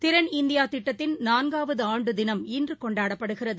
திறன் இந்தியாதிட்டத்தின் நான்காவதுஆண்டுதினம் இன்றுகொண்டாடப்படுகிறது